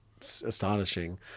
astonishing